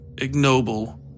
ignoble